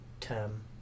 term